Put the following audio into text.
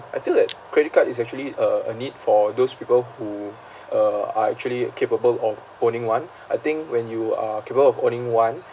I feel that credit card is actually a a need for those people who uh are actually capable of owning one I think when you are capable of owning one